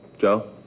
Joe